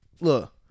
look